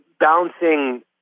Bouncing